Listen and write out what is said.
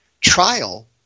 trial